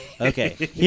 Okay